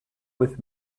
with